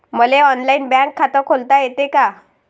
मले online bank खात खोलता येते का?